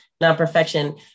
non-perfection